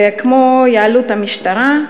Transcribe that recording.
וכמו יעילות המשטרה,